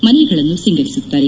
ಮನೆಗಳನ್ನು ಸಿಂಗರಿಸುತ್ತಾರೆ